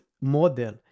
model